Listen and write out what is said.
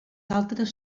altres